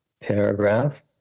paragraph